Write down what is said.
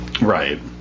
Right